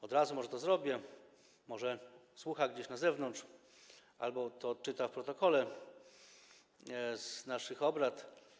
Od razu może to zrobię, może słucha gdzieś na zewnątrz albo to odczyta w protokole naszych obrad.